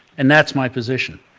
and that's my position.